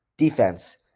Defense